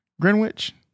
Greenwich